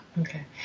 Okay